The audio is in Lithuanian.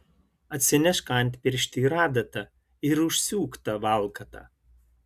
atsinešk antpirštį ir adatą ir užsiūk tą valkatą